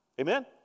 Amen